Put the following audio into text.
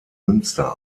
münster